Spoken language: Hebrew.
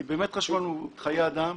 כי באמת חשוב לנו חיי אדם.